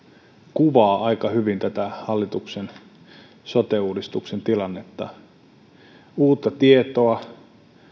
kuvaa aika hyvin tätä hallituksen sote uudistuksen tilannetta päivä päivältä tulee uutta tietoa